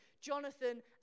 Jonathan